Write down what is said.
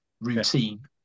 Routine